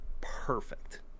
perfect